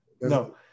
No